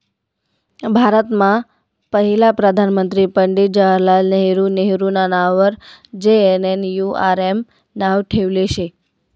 भारतमा पहिला प्रधानमंत्री पंडित जवाहरलाल नेहरू नेहरूना नाववर जे.एन.एन.यू.आर.एम नाव ठेयेल शे